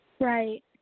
Right